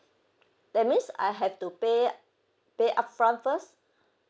that means I have to pay pay upfront first